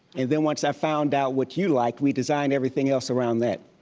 and then once i found out what you liked, we design everything else around that.